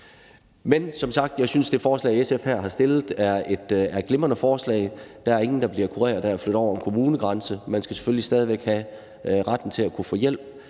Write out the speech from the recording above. Men som sagt synes jeg, at det forslag, som SF her har fremsat, er et glimrende forslag. Der er ingen, der bliver kureret af at flytte over en kommunegrænse. Man skal selvfølgelig stadig væk have retten til at kunne få hjælp,